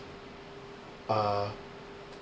uh